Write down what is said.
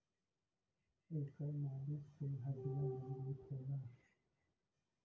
एकर मालिश से हड्डीयों मजबूत होला